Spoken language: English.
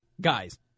Guys